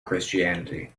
christianity